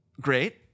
Great